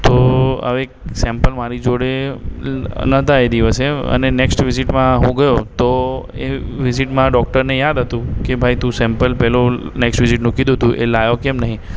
તો હવે એક સૅમ્પલ મારી જોડે નહતા એ દિવસે અને નૅક્સ્ટ વિઝિટમાં હું ગયો તો એ વિઝિટમાં ડૉક્ટરને યાદ હતું કે ભાઈ તું સૅમ્પલ પેલું નૅક્સ્ટ વિઝિટનું કીધું હતું એ લાવ્યો કેમ નથી